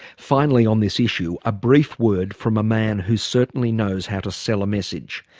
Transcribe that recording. finally on this issue, a brief word from a man who certainly knows how to sell a message.